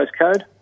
postcode